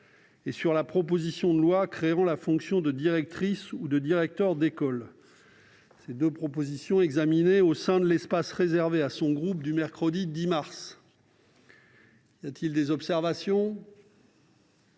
et sur la proposition de loi créant la fonction de directrice ou de directeur d'école, examinées au sein de l'espace réservé à son groupe du mercredi 10 mars 2021. Y a-t-il des observations ?